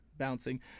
bouncing